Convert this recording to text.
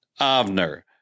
Avner